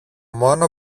μόνο